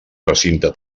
recinte